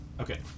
Okay